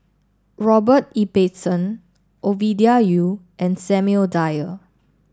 Robert Ibbetson Ovidia Yu and Samuel Dyer